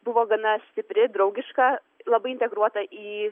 buvo gana stipri draugiška labai integruota į